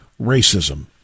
racism